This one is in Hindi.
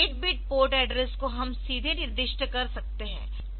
8 बिट पोर्ट एड्रेस को हम सीधे निर्दिष्ट कर सकते है